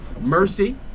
Mercy